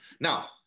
Now